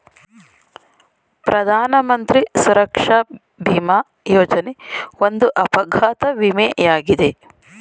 ಪ್ರಧಾನಮಂತ್ರಿ ಸುರಕ್ಷಾ ಭಿಮಾ ಯೋಜನೆ ಒಂದು ಅಪಘಾತ ವಿಮೆ ಯಾಗಿದೆ